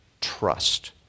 trust